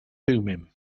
thummim